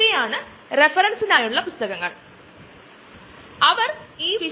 നമുക്ക് അറിയാലോ C2H5OH അത് പല ലഹരി പാനീയങ്ങളിലും കാണപ്പെടുന്നു